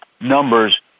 numbers